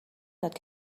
داد